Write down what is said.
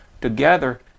together